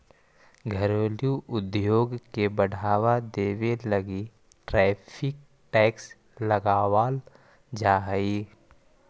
घरेलू उद्योग के बढ़ावा देवे लगी टैरिफ टैक्स लगावाल जा हई